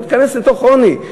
היא תיכנס לעוני.